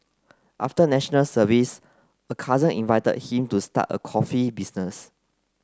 after National Service a cousin invited him to start a coffee business